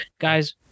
Guys